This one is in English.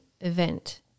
event